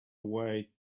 way